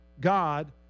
God